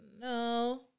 no